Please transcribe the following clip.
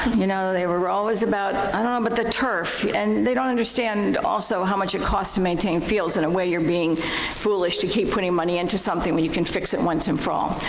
you know, they were always about, i don't know, um but the turf. and they don't understand also how much it costs to maintain fields. in a way you're being foolish to keep putting money into something when you can fix it once and for all.